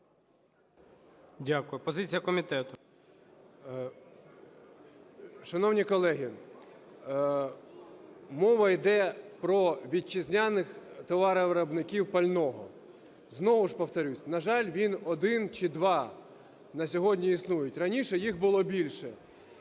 Д.О. Шановні колеги, мова йде про вітчизняних товаровиробників пального. Знову ж повторюсь, на жаль, він один чи два на сьогодні існують. Раніше їх було більше.